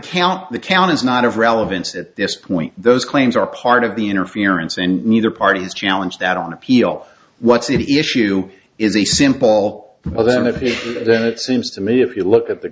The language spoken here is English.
count the count is not of relevance at this point those claims are part of the interference and neither party is challenge that on appeal what's the issue is a simple well then if it then it seems to me if you look at the